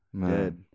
dead